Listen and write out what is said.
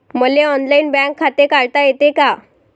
मले online bank खाते काढता येते का?